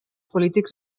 polítics